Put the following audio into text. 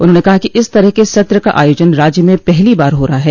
उन्होंने कहा कि इस तरह के सत्र का आयोजन राज्य में पहली बार हो रहा है